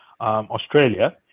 Australia